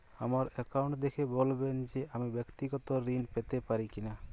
আমার অ্যাকাউন্ট দেখে বলবেন যে আমি ব্যাক্তিগত ঋণ পেতে পারি কি না?